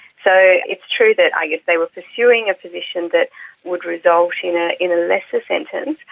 so it's true that i guess they were pursuing a position that would result in ah in a lesser sentence,